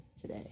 today